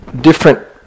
different